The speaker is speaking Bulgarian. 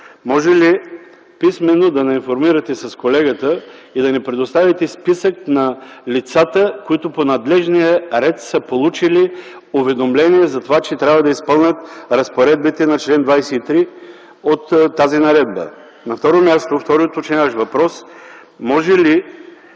Може ли писмено да ни информирате с колегата и да ни предоставите списък на лицата, които по надлежния ред са получили уведомление за това, че трябва да изпълнят разпоредбите на чл. 23 от тази наредба? Вторият ми уточняващ въпрос е: може ли